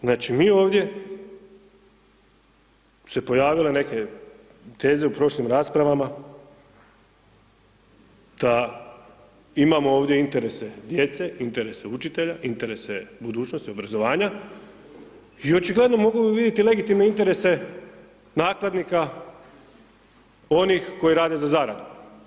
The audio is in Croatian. Znači mi ovdje se pojavile neke teze u prošlim raspravama da imamo ovdje interese djece, interese učitelja, interese budućnosti, obrazovanja i očigledno mogu vidjeti legitimne interese nakladnika, oni koji rade za zaradu.